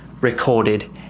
recorded